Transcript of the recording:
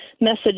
message